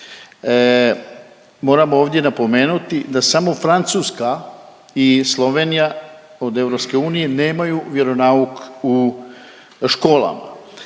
Moram ovdje napomenuti da samo Francuska i Slovenija od EU nemaju vjeronauk u školama.